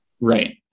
Right